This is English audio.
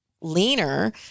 leaner